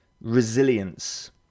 resilience